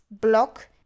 block